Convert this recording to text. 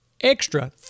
extra